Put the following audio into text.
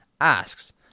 asks